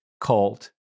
cult